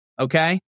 Okay